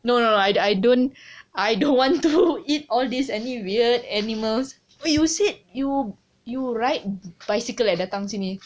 no no I I don't I don't want to eat all these any weird animals eh you said you you ride bicycle eh datang sini